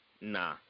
Nah